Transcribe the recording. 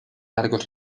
largos